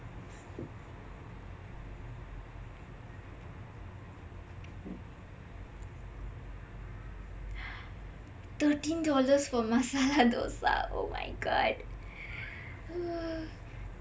thirteen dollars for masala dosai oh my god